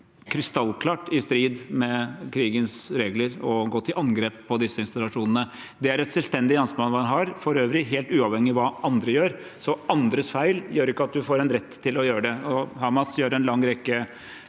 krystallklart i strid med krigens regler å gå til angrep på disse institusjonene. Det er et selvstendig ansvar man har – for øvrig helt uavhengig av hva andre gjør. Andres feil gjør ikke at man får en rett til å gjøre det. Hamas gjør en lang rekke